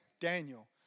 Daniel